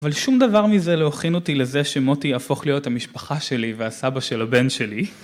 אבל שום דבר מזה לא הכין אותי לזה שמוטי יהפוך להיות המשפחה שלי והסבא של הבן שלי.